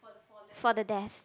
for the desk